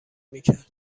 میکرد